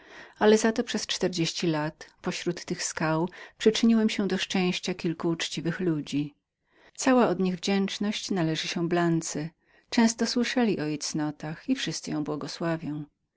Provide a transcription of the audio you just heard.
szczytnym stopniu natomiast przez czterdzieści lat pośród tych skał przyczyniłem się do szczęścia kilku uczciwych ludzi cała od nich wdzięczność należy się blance często słyszeli o jej cnotach i wszyscy ją błogosławią